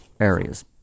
areas